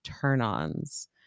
turn-ons